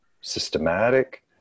systematic